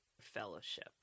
fellowship